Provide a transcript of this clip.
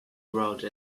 wrote